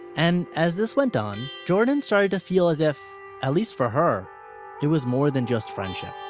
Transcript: and, as this went on, jordan started to feel as if at least for her it was more than just friendship.